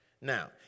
Now